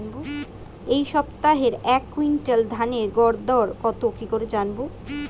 এই সপ্তাহের এক কুইন্টাল ধানের গর দর কত কি করে জানবো?